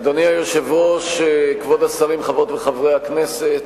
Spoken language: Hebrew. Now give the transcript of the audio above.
אדוני היושב-ראש, כבוד השרים, חברות וחברי הכנסת,